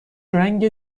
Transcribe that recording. رنگ